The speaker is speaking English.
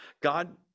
God